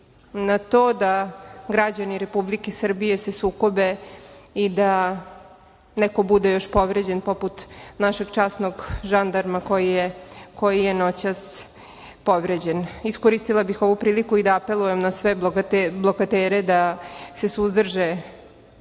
na to građani Republike Srbije se sukobe i da neko bude povređen protiv našeg časnog žandarma koji je noćas povređen. Iskoristila bih ovu priliku i da apelujem na sve blokatere da se suzdrže